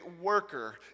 worker